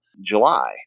July